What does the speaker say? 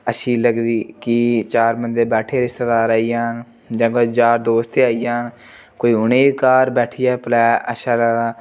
अच्छी लगदी कि चार बंदे बैठे दे रिश्तेदार आई जान जां कोई जार दोस्त गै आई जान कोई उ'नेंगी घर बैठियै पलैऽ अच्छा लगदा